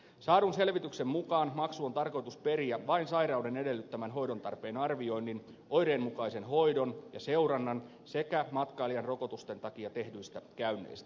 saadun selvityksen mukaan maksu on tarkoitus periä vain sairauden edellyttämän hoidon tarpeen arvioinnin oireen mukaisen hoidon ja seurannan sekä matkailijan rokotusten takia tehdyistä käynneistä